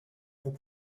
pour